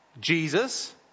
Jesus